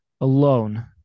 alone